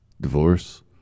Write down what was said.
divorce